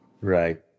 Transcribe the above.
Right